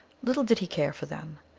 little did he care for them!